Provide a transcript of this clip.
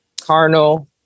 carnal